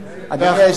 אדוני היושב-ראש,